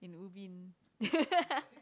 in Ubin